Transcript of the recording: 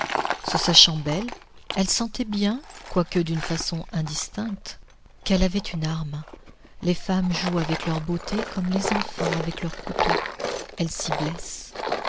se sachant belle elle sentait bien quoique d'une façon indistincte qu'elle avait une arme les femmes jouent avec leur beauté comme les enfants avec leur couteau elles